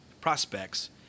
prospects